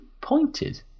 pointed